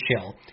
chill